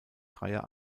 dreier